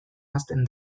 hazten